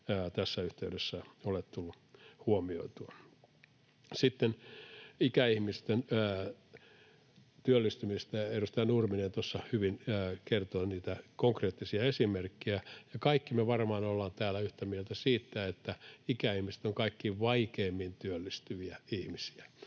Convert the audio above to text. tässä yhteydessä ole tulleet huomioitua. Sitten ikäihmisten työllistymisestä: Edustaja Nurminen tuossa hyvin kertoi konkreettisia esimerkkejä, ja kaikki me varmaan ollaan täällä yhtä mieltä siitä, että ikäihmiset ovat kaikkein vaikeimmin työllistyviä ihmisiä.